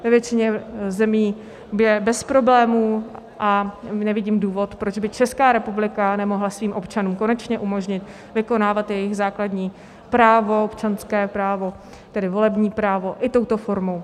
Ve většině zemí je bez problémů a nevidím důvod, proč by Česká republika nemohla svým občanům konečně umožnit vykonávat jejich základní právo občanské, tedy volební právo, i touto formou.